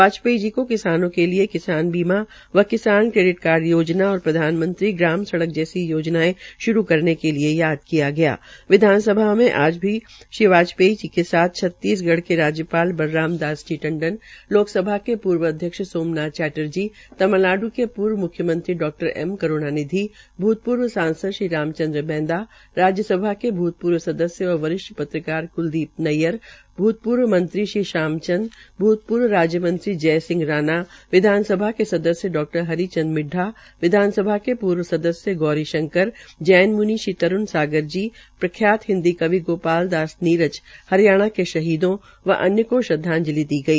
वाजपेयी जी के किसानों के लिए किसान बीमा व किसान क्रेडिट कार्ड योजना और प्रधानमंत्री ग्राम सड़क जैसी योजनायें श्रू करने के लिए आज श्री वाजपयी के साथ छत्तीस गढ़ के राज्यपाल बलराम जी दास टंडन लोकसभा के पूर्व अध्यक्ष सोम नाथ चटर्जी तमिनलाडू के पूर्व म्ख्यमंत्री डा एम करूणानिधि भूतपूर्व ंसांसद श्री राम चंद्र बैदा राज्य सभा के भूतपूर्व सदस्य व वरिष्ठ पत्रकारा कुलदीप नैयर भूतपूर्व मंत्री शाम चन्द विधानसभा के सदस्य डा हरिचंद चंद मिड्डा विधानसभा के पूर्व सदस्य गौरी शंकर जैन म्नि श्री तरूण सागर जी प्रख्यात हिन्दी कवि गोपाल दास नीरज हरियाणा के शहीदों व अन्य को श्रद्वाजंलि दी गई